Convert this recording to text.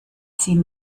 sie